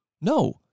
No